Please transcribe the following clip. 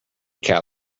cat